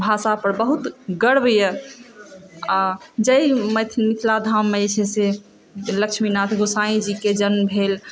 भाषापर बहुत गर्व यऽ आओर जाहि मिथिलाधाममे जे छै लक्ष्मीनाथ गोसाई जीकेँ जन्म भेल